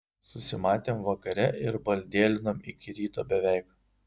susimatėm vakare ir baldėlinom iki ryto beveik